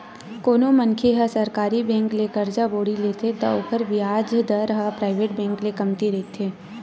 कोनो मनखे ह सरकारी बेंक ले करजा बोड़ी लेथे त ओखर बियाज दर ह पराइवेट बेंक ले कमती रहिथे